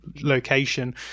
location